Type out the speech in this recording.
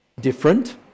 Different